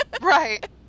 Right